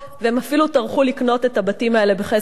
והם אפילו טרחו לקנות את הבתים האלה בכסף מלא.